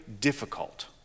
difficult